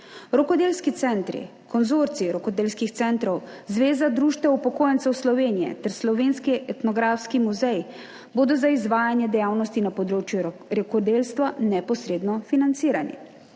Rokodelski centri, Konzorcij rokodelskih centrov Slovenije, Zveza društev upokojencev Slovenije ter Slovenski etnografski muzej bodo za izvajanje dejavnosti na področju rokodelstva neposredno financirani.